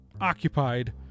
occupied